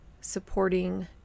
supporting